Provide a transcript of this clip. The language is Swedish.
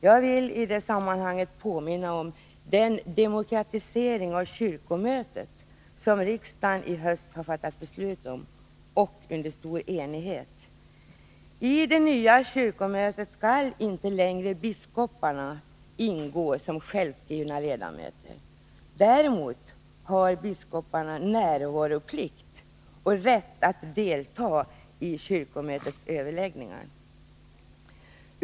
Jag vill i det sammanhanget påminna om den demokratisering av kyrkomötet som riksdagen i höst har fattat beslut om under stor enighet. I det nya kyrkomötet skall inte längre biskoparna ingå som självskrivna ledamöter. Däremot har biskoparna närvaroplikt och rätt att delta i kyrkomötets överläggningar.